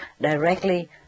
directly